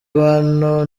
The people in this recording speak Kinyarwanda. bano